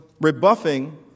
rebuffing